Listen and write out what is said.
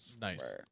Nice